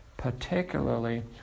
particularly